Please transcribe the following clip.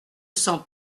sens